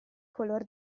color